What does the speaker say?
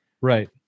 right